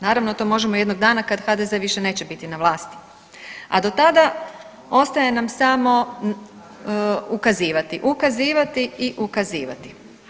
Naravno to možemo jednog dana kad HDZ više neće biti na vlasti, a do tada ostaje nam samo ukazivati, ukazivati i ukazivati.